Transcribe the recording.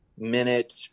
minute